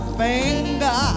finger